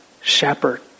shepherd